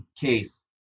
case